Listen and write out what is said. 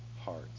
hearts